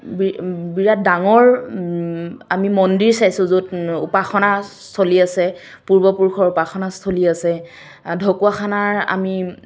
বিৰাট ডাঙৰ আমি মন্দিৰ চাইছোঁ য'ত উপাসনাস্থলী আছে পূৰ্বপুৰুষৰ উপাসনাস্থলী আছে ঢকুৱাখানাৰ আমি